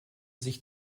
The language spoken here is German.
sich